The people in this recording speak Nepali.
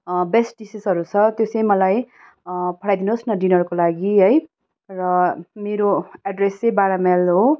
बेस्ट डिसेसहरू छ त्यो चाहिँ मलाई पठाइदिनु होस् न डिनरको लागि है र मेरो एड्रेस चाहिँ बाह्र माइल हो